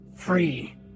free